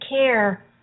care